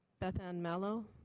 beth anne mallow.